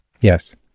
Yes